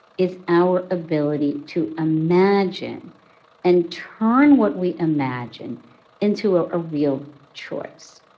is our ability to imagine and turn what we imagine into a ah real choice.